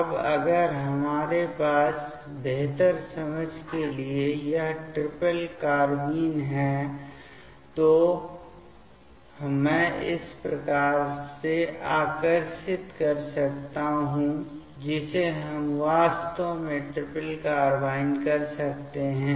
अब अगर हमारे पास बेहतर समझ के लिए यह ट्रिपल कार्बाइन है तो मैं इस तरह से आकर्षित कर सकता हूं जिसे हम वास्तव में ट्रिपल कार्बाइन कर सकते हैं